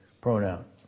pronoun